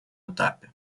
этапе